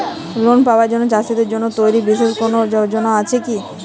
Loan পাবার জন্য চাষীদের জন্য তৈরি বিশেষ কোনো যোজনা আছে কি?